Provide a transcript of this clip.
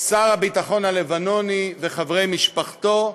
שר הביטחון הלבנוני וחברי משפחתו.